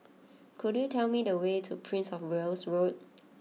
could you tell me the way to Prince of Wales Road